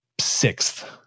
Sixth